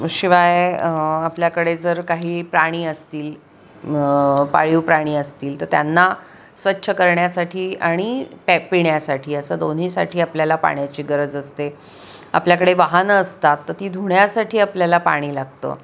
शिवाय आपल्याकडे जर काही प्राणी असतील पाळीव प्राणी असतील तर त्यांना स्वच्छ करण्यासाठी आणि पॅ पिण्यासाठी असं दोन्हीसाठी आपल्याला पाण्याची गरज असते आपल्याकडे वाहनं असतात तं ती धुण्यासाठी आपल्याला पाणी लागतं